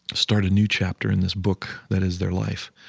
start a new chapter in this book that is their life.